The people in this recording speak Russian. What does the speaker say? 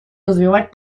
развивать